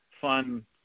fun